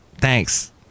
Thanks